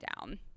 down